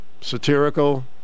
satirical